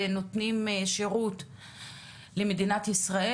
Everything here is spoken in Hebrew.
ונותנים שירות למדינת ישראל.